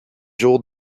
jour